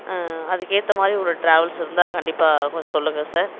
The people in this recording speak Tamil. அதுக்கேற்ற மாதிரி ஒரு டிராவல்ஸ் இருந்தால் கண்டிப்பாக கொஞ்சம் சொல்லுங்க சார்